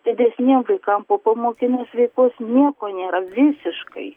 didesniem vaikam popamokinės veiklos nieko nėra visiškai